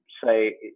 say